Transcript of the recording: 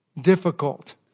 difficult